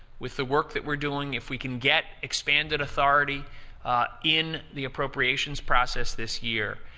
with the work that we're doing, if we can get expanded authority in the appropriations process this year,